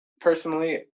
Personally